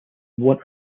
one